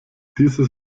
dieses